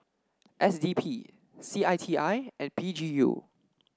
S D P C I T I and P G U